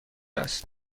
است